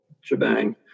shebang